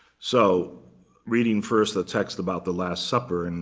so reading, first, the text about the last supper, and